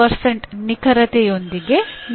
05 ನಿಖರತೆಯೊಂದಿಗೆ ನಿಯಂತ್ರಿಸಬೇಕು